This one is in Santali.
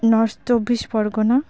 ᱱᱚᱨᱛᱷ ᱪᱚᱵᱽᱵᱤᱥ ᱯᱚᱨᱜᱚᱱᱟ